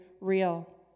real